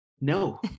no